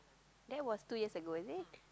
that was two years ago is it